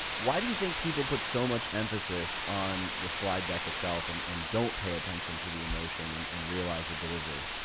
why do you think people put so much emphasis on the slide deck itself and and don't pay attention to the emotion and and realize the delivery.